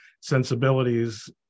sensibilities